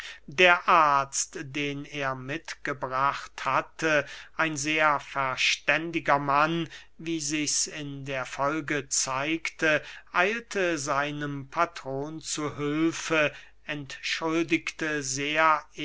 der arzt den er mitgebracht hatte ein sehr verständiger mann wie sichs in der folge zeigte eilte seinem patron zu hülfe entschuldigte sehr